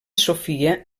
sofia